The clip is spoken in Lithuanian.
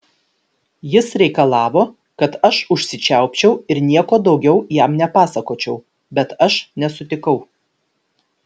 jis reikalavo kad aš užsičiaupčiau ir nieko daugiau jam nepasakočiau bet aš nesutikau